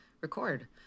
record